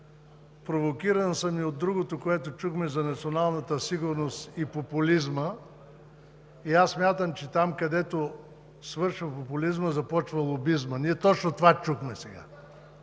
Провокиран съм и от другото, което чухме за националната сигурност и популизма. Аз смятам, че там, където свършва популизмът, започва лобизмът – ние точно това чухме сега.